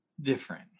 different